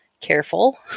careful